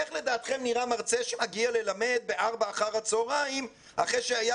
איך לדעתכם נראה מרצה שמגיע ללמד ב-4:00 אחר הצוהריים אחרי שהיה